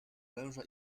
węża